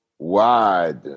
wide